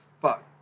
fuck